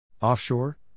Offshore